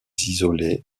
isolés